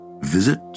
Visit